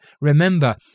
remember